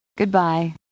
Goodbye